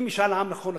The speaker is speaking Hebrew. אם משאל עם נכון לכנסת,